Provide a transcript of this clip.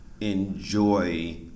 enjoy